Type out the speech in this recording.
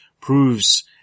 proves